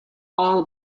all